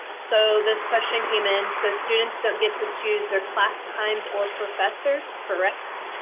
so this question came in. so students don't get to choose their class times or professors, correct,